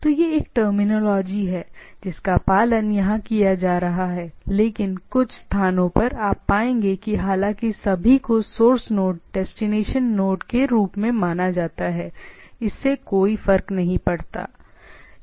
तो यह एक टर्मिनोलॉजी है जिसका पालन यहां किया जा रहा है लेकिन कुछ स्थानों पर आप पाएंगे कि हालांकि सभी को सोर्स नोड डेस्टिनेशन नोड के रूप में माना जाता है इससे कोई फर्क नहीं पड़ता